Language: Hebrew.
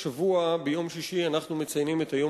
השבוע ביום שישי אנחנו מציינים את היום